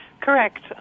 Correct